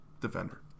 defender